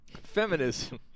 Feminism